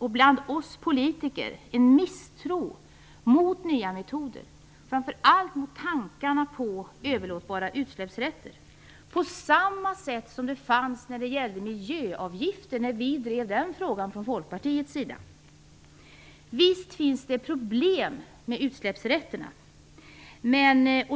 även bland oss politiker, en misstro mot nya metoder, framför allt mot tankarna på överlåtbara utsläppsrätter, på samma sätt som när vi i Folkpartiet drev frågan om miljöavgifter. Visst finns det problem med utsläppsrätterna.